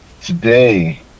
Today